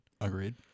Agreed